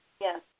Yes